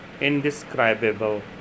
indescribable